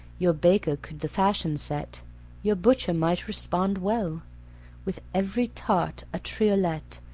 your baker could the fashion set your butcher might respond well with every tart a triolet,